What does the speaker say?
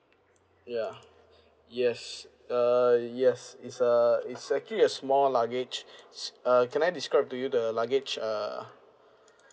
ya yes uh yes it's uh it's actually a small luggage s~ uh can I describe to you the luggage uh